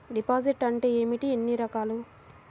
Deposit అంటే ఏమిటీ ఎన్ని రకాలు?